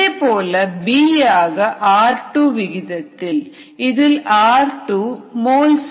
இதேபோல B யாக r2 விகிதத்தில் இதில் r2moles per time